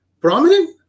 prominent